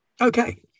Okay